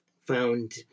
found